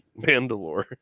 mandalore